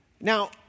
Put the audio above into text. Now